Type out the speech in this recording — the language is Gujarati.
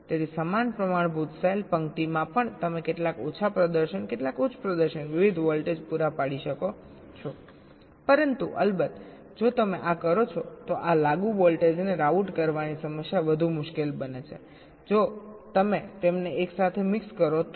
તેથી સમાન પ્રમાણભૂત સેલ પંક્તિમાં પણ તમે કેટલાક ઓછા પ્રદર્શન કેટલાક ઉચ્ચ પ્રદર્શન વિવિધ વોલ્ટેજ પૂરા પાડી શકે છે પરંતુ અલબત્ત જો તમે આ કરો તો આ લાગુ વોલ્ટેજને રાઉટ કરવાની સમસ્યા વધુ મુશ્કેલ બનશે જો તમે તેમને એકસાથે મિક્સ કરો તો